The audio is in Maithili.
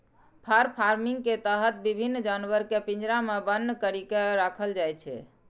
फर फार्मिंग के तहत विभिन्न जानवर कें पिंजरा मे बन्न करि के राखल जाइ छै